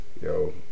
Yo